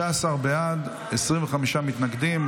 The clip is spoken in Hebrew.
16 בעד, 25 מתנגדים.